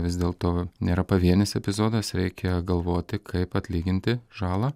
vis dėlto nėra pavienis epizodas reikia galvoti kaip atlyginti žalą